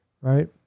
right